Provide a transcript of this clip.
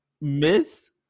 Miss